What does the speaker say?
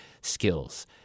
skills